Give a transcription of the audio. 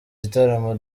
gitaramo